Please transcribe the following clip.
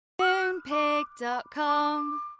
Moonpig.com